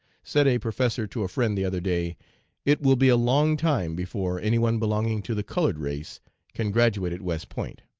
said a professor to a friend, the other day it will be a long time before any one belonging to the colored race can graduate at west point.